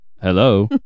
hello